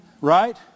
Right